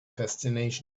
fascination